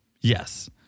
Yes